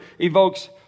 evokes